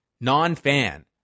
non-fan